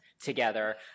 together